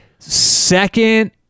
Second